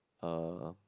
uh